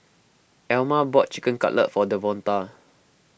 Alma bought Chicken Cutlet for Devonta